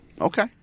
Okay